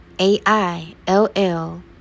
A-I-L-L